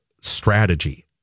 strategy